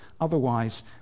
Otherwise